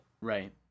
Right